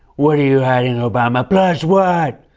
what are you hiding, obama? plus what!